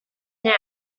now